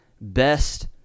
best